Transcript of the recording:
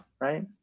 Right